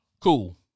Cool